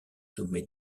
sommets